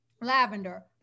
lavender